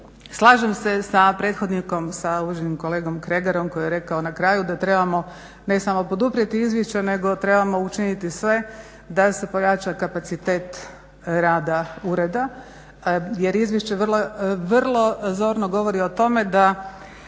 Slažem se sa prethodnikom, sa uvaženim kolegom Kregarom koji je rekao na kraju da trebamo ne samo poduprijeti izvješće nego trebamo učiniti sve da se pojača kapacitet rada ureda jer izvješće vrlo zorno govori o tome da